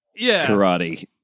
karate